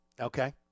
okay